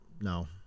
no